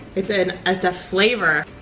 it's and ah it's a flavor.